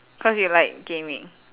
cause you like gaming